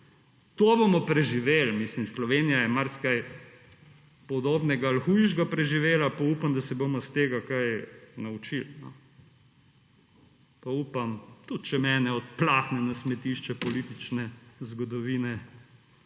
to bomo preživeli, mislim, Slovenija je marsikaj podobnega ali hujšega preživela, pa upam, da se bomo iz tega kaj naučili. Pa upam, tudi če mene odplakne na smetišče politične zgodovine,